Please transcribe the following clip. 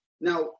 Now